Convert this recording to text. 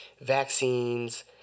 vaccines